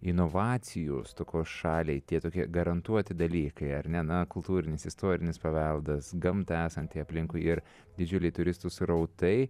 inovacijų stokos šaliai tie tokie garantuoti dalykai ar ne na kultūrinis istorinis paveldas gamta esanti aplinkui ir didžiuliai turistų srautai